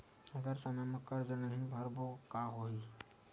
अगर समय मा कर्जा नहीं भरबों का होई?